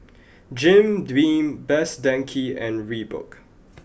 Jim Beam Best Denki and Reebok